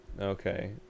Okay